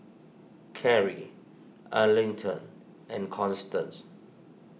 Karrie Arlington and Constance